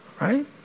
Right